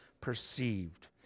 perceived